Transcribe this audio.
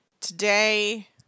Today